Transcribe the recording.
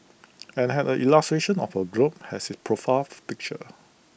and had A illustration of A globe has its profile picture